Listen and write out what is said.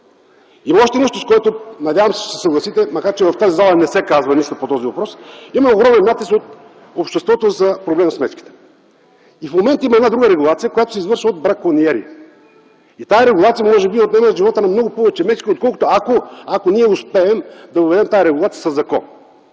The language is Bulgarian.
Има още нещо, с което, надявам се, ще се съгласите, макар че в тази зала не се казва нищо по този въпрос. Има огромен натиск от обществото по проблема с мечките. В момента има друга регулация, която се извършва от бракониерите. Тя може би отнема живота на много повече мечки, отколкото ако успеем да въведем тази регулация със закон.